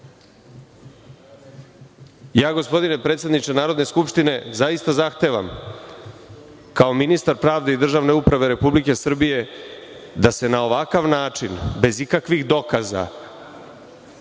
služi? Gospodine predsedniče Narodne skupštine, zaista zahtevam kao ministar pravde i državne uprave Republike Srbije da se na ovakav način, bez ikakvih dokaza,